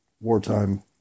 wartime